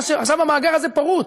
עכשיו המאגר הזה פרוץ.